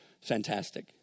fantastic